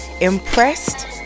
Impressed